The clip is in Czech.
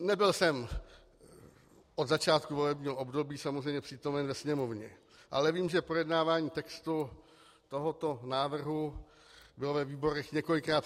Nebyl jsem od začátku volebního období samozřejmě přítomen ve Sněmovně, ale vím, že projednávání textu tohoto návrhu bylo ve výborech několikrát přerušeno.